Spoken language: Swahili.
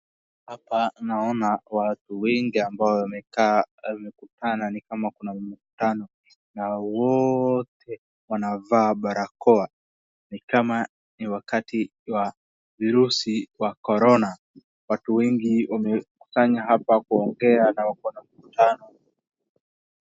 Hapa naona watu wengi ambao wamekaa na ni kama kuna mkutano, na wote wanavaa barakoa, ni kama ni wakati wa virusi vya korona. Watu wengi wamefanya hapa kuongea na wako na mkutano.